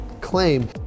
claim